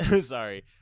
Sorry